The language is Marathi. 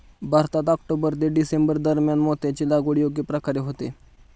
भारतात ऑक्टोबर ते डिसेंबर दरम्यान मोत्याची लागवड योग्य प्रकारे होते